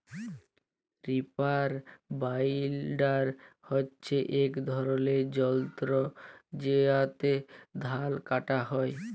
reaper binder হছে ইক ধরলের যল্তর উয়াতে ধাল কাটা হ্যয়